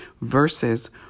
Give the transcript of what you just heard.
versus